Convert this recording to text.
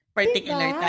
particular